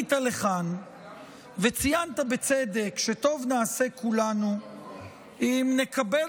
עלית לכאן וציינת בצדק שטוב נעשה כולנו אם נקבל